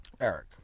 Eric